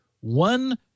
one